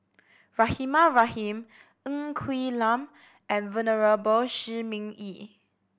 Rahimah Rahim Ng Quee Lam and Venerable Shi Ming Yi